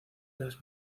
las